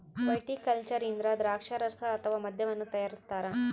viticulture ಇಂದ ದ್ರಾಕ್ಷಾರಸ ಅಥವಾ ಮದ್ಯವನ್ನು ತಯಾರಿಸ್ತಾರ